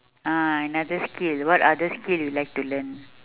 ah another skill what other skill you like to learn